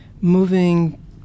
moving